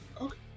Okay